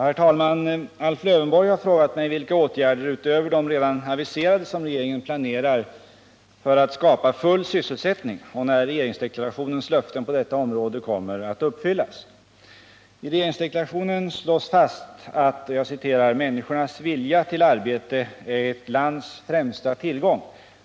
Herr talman! Alf Lövenborg har frågat mig vilka åtgärder utöver de redan aviserade som regeringen planerar för att skapa full sysselsättning och när regeringsdeklarationens löften på detta område kommer att uppfyllas. I regeringsdeklarationen slås fast: ”Människors vilja till arbete är ett lands främsta tillgång.